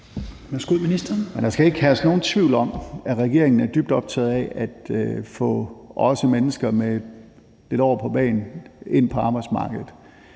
Der skal ikke herske nogen tvivl om, at regeringen er dybt optaget af at få også mennesker med lidt år på bagen ind på arbejdsmarkedet.